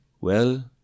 Well